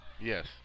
Yes